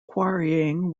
quarrying